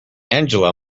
angela